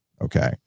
Okay